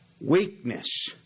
weakness